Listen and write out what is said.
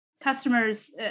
customers